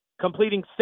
completing